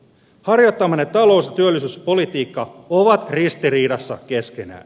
harjoittamanne talous ja työllisyyspolitiikka ovat ristiriidassa keskenään